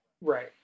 Right